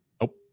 Nope